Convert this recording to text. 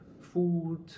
food